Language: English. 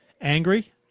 angry